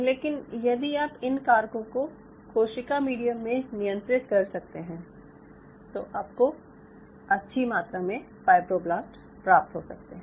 लेकिन यदि आप इन कारकों को कोशिका मीडियम में नियंत्रित कर सकते हैं तो आपको अच्छी मात्रा में फायब्रोब्लास्ट प्राप्त हो सकते हैं